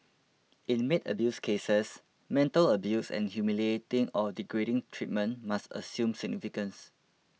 in maid abuse cases mental abuse and humiliating or degrading treatment must assume significance